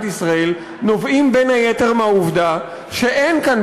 ישראל נובעים בין היתר מהעובדה שאין כאן,